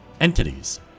entities